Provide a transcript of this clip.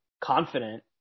confident